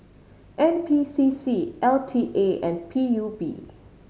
N P C C L T A and P U B